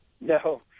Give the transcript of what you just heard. No